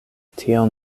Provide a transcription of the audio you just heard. tiel